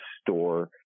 store